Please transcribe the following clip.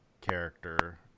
character